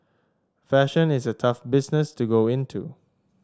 fashion is a tough business to go into